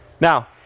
Now